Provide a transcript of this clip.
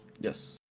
Yes